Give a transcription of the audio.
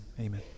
Amen